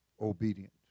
obedient